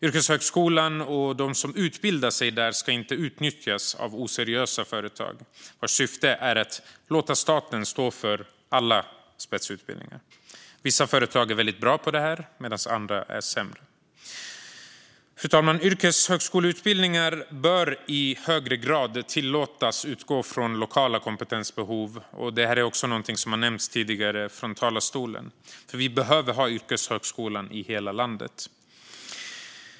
Yrkeshögskolan och de som utbildar sig där ska inte utnyttjas av oseriösa företag vars syfte är att låta staten stå för alla spetsutbildningar. Vissa företag är väldigt bra på det här medan andra är sämre. Fru talman! Yrkeshögskoleutbildningar bör i högre grad tillåtas utgå från lokala kompetensbehov. Det här är också något som har nämnts tidigare från talarstolen. Vi behöver ha yrkeshögskolan i hela landet.